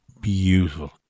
beautiful